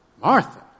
Martha